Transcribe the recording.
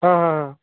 हां हां हां